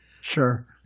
sure